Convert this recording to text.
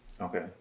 Okay